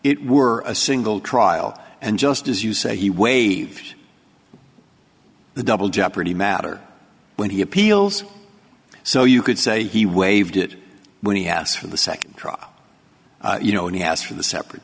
it were a single trial and just as you say he waived the double jeopardy matter when he appeals so you could say he waived it when he has for the second trial you know when he asked for the separate